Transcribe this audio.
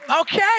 Okay